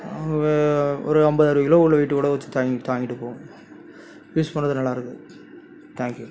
ஒரு ஐம்பது அறுபது கிலோ உள்ள வெயிட்டு கூட வச்சு தாங்கி தாங்கிகிட்டு போகவும் யூஸ் பண்ணுறக்கு நல்லாருக்கு தேங்க் யூ